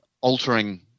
altering